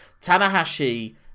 Tanahashi